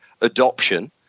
adoption